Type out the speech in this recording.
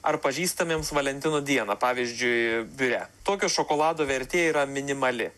ar pažįstamiems valentino dieną pavyzdžiui biure tokio šokolado vertė yra minimali